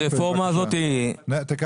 אני לא